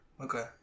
Okay